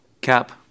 Cap